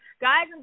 Guys